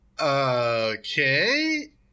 Okay